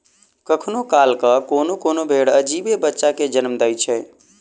कखनो काल क कोनो कोनो भेंड़ अजीबे बच्चा के जन्म दैत छै